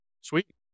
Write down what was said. sweet